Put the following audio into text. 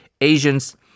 Asians